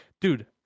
dude